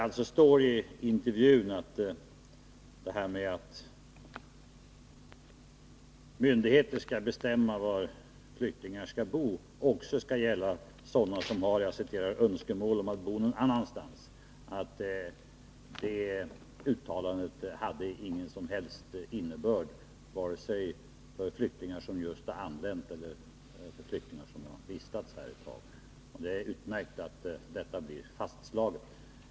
Det stod i intervjun att uttalandet att myndigheter skall bestämma var flyktingar skall bo också skall gälla sådana som har ”önskemål om att bo någon annanstans” inte hade någon som helst innebörd, vare sig för flyktingar som just har anlänt eller för flyktingar som har vistats här ett tag. Det är utmärkt att det blir fastslaget.